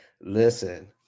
Listen